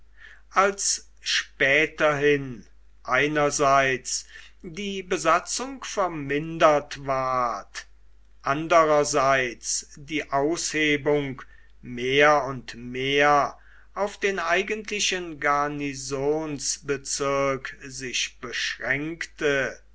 als späterhin einerseits die besatzung vermindert ward andererseits die aushebung mehr und mehr auf den eigentlichen garnisonsbezirk sich beschränkte